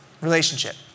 Relationship